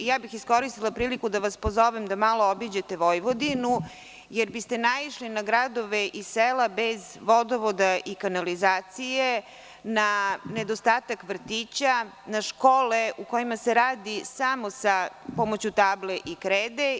Iskoristila bih priliku da vas pozovem da malo obiđete Vojvodinu, jer biste naišli na gradove i sela bez vodovoda i kanalizacije, na nedostatak vrtića, na škole u kojima se radi samo pomoću table i krede.